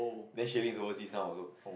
then she lives overseas now also